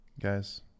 guys